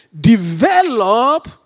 Develop